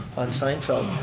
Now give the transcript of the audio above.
on seinfeld.